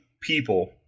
people